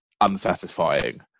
unsatisfying